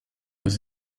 des